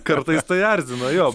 kartais tai erzina jo